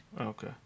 Okay